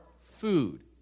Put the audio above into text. food